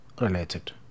related